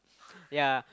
yeah